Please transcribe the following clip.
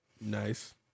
Nice